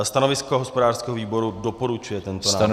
Stanovisko hospodářského výboru doporučuje tento návrh.